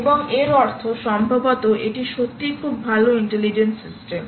এবং এর অর্থ সম্ভবত এটি সত্যিই খুব ভাল ইন্টেলিজেন্ট সিস্টেম